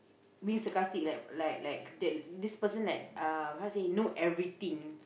being sarcastic like like like that this person like uh how to say know everything